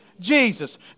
Jesus